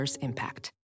impact